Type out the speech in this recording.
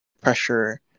pressure